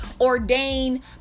ordained